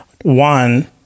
one